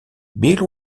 bill